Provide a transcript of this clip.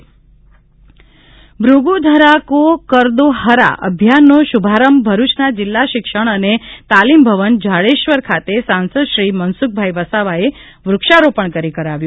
ભૂગુ ધરા કો કર દો હરા અભિયાનનો શુભારંભ ભરૂચના જિલ્લા શિક્ષણ અને તાલીમ ભવન ઝાડેશ્વર ખાતે સાંસદશ્રી મનસુખભાઇ વસાવાએ વૂક્ષારોપણ કરી કરાવ્યો